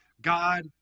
God